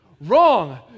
Wrong